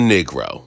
Negro